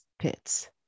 pits